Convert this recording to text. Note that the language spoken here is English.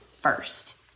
first